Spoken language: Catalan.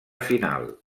final